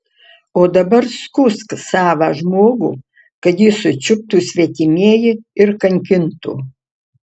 o dabar skųsk savą žmogų kad jį sučiuptų svetimieji ir kankintų